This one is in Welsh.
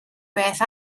beth